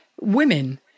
women